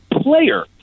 player